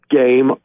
game